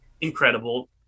incredible